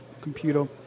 computer